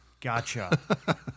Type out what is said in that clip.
Gotcha